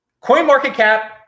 CoinMarketCap